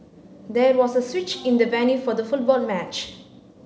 there was a switch in the venue for the football match